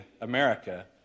America